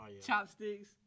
Chopsticks